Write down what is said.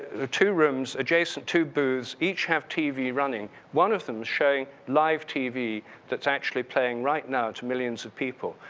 the two rooms adjacent, two booths, each have tv running, one of them is showing live tv that's actually playing right now to millions of people,